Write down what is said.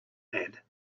had